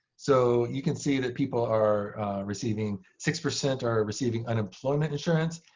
so you can see that people are receiving six percent are receiving unemployment insurance.